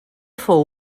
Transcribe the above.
fou